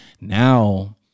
now